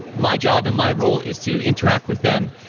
my job and my role is to interact with them,